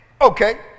Okay